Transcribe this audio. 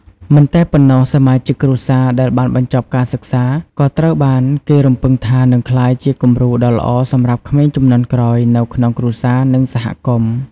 មិនតែប៉ុណ្ណោះ សមាជិកគ្រួសារដែលបានបញ្ចប់ការសិក្សា ក៏ត្រូវបានគេរំពឹងថានឹងក្លាយជាគំរូដ៏ល្អសម្រាប់ក្មេងជំនាន់ក្រោយនៅក្នុងគ្រួសារ និងសហគមន៍។